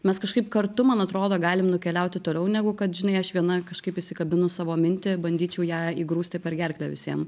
mes kažkaip kartu man atrodo galim nukeliauti toliau negu kad žinai aš viena kažkaip įsikabinus savo mintį bandyčiau ją įgrūsti per gerklę visiem